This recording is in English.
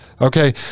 okay